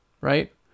right